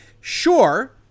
sure